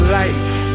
life